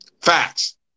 Facts